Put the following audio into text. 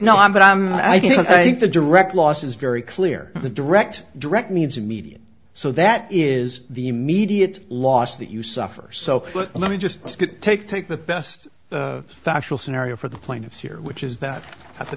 it's i think the direct loss is very clear the direct direct means immediate so that is the immediate loss that you suffer so let me just take take the best factual scenario for the plaintiffs here which is that at the